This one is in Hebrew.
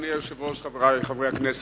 אדוני היושב-ראש, חברי חברי הכנסת,